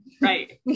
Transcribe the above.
right